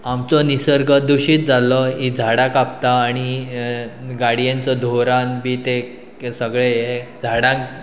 आमचो निसर्ग दुशीत जाल्लो हीं झाडां कापता आनी गाडयेचो धुवरान बी ते सगळें हे झाडांक